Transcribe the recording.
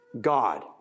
God